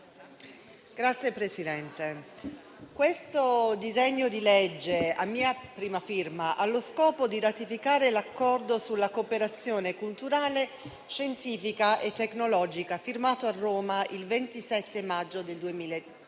Signor Presidente, questo disegno di legge a mia prima firma ha lo scopo di ratificare l'Accordo sulla cooperazione culturale, scientifica e tecnologica firmato a Roma il 27 maggio 2016